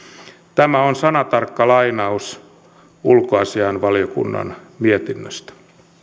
tämä on sanatarkka lainaus ulkoasiainvaliokunnan mietinnöstä